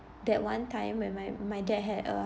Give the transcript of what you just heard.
that one time when my my dad had a